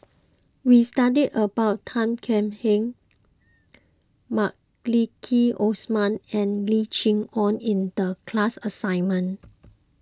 we studied about Tan Thuan Heng Maliki Osman and Lim Chee Onn in the class assignment